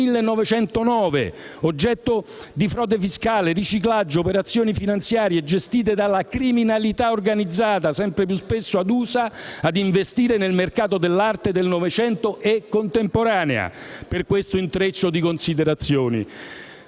1909, oggetto di frode fiscale, riciclaggio, operazioni finanziarie gestite dalla criminalità organizzata, sempre più spesso adusa a investire nel mercato dell'arte del Novecento e dell'arte contemporanea. Per questo intreccio di considerazioni